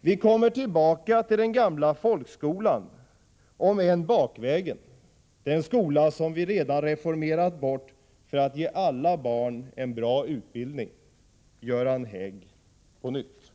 ”Vi kommer tillbaka till den gamla folkskolan om än bakvägen. Den skola som vi redan reformerat bort för att ge alla barn en bra utbildning.” Så har Göran Hägg vidare sagt.